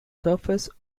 surface